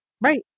Right